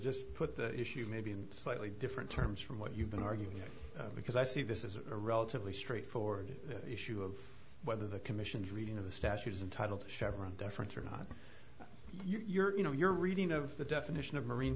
just put the issue maybe in slightly different terms from what you've been arguing because i see this as a relatively straightforward issue of whether the commission's reading of the statues and titles chevron deference or not you're you know your reading of the definition of marine